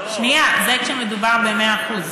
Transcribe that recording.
בסדר, שנייה, זה כשמדובר ב-100%.